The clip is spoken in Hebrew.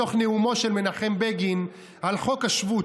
מתוך נאומו של מנחם בגין על חוק השבות,